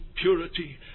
purity